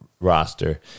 roster